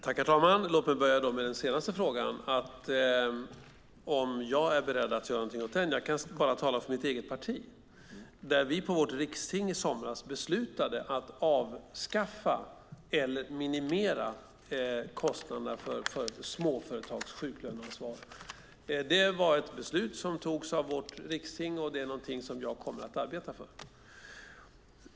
Herr talman! Låt mig börja med den senaste frågan, om jag är beredd att göra någonting åt sjuklöneansvaret. Jag kan bara tala för mitt eget parti. På vårt riksting i somras beslutade vi att avskaffa eller minimera kostnaderna för småföretagens sjuklöneansvar. Det var ett beslut som togs av vårt riksting och det är någonting som jag kommer att arbeta för.